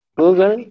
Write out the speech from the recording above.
google